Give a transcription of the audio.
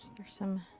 there's some